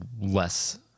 less